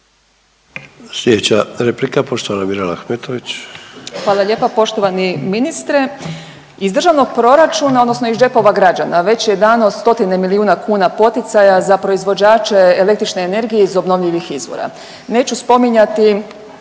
Sljedeća replika, poštovana Mirela Ahmetović. **Ahmetović, Mirela (SDP)** Hvala lijepa poštovani ministre. Iz državnog proračuna odnosno iz džepova građana već je dano stotine milijuna kuna poticaja za proizvođače električne energije iz obnovljivih izvora, neću spominjati